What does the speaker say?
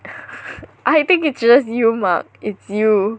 I think it's just you Mark it's just you